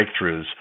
breakthroughs